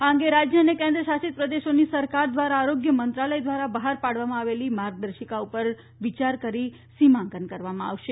આ અંગે રાજ્ય અને કેન્દ્ર શાસિત પ્રદેશોની સરકાર દ્વારા આરોગ્ય મંત્રાલય દ્વારા બહાર પાડવામાં આવેલી માર્ગદર્શિકા ઉપર વિચાર કરીને સીમાંકન કરવામાં આવશે